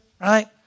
right